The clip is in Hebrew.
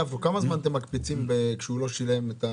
כשהוא לא שילם,